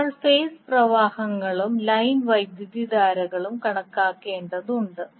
നമ്മൾ ഫേസ് പ്രവാഹങ്ങളും ലൈൻ വൈദ്യുതധാരകളും കണക്കാക്കേണ്ടതുണ്ട്